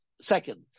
second